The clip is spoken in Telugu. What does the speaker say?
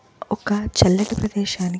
ఒక చల్లటి ప్రదేశానికి